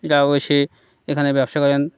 এরাও এসে এখানে ব্যবসা করেন